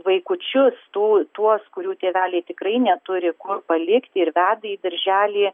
vaikučius tų tuos kurių tėveliai tikrai neturi kur palikti ir veda į darželį